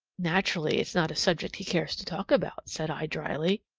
naturally it's not a subject he cares to talk about, said i dryly,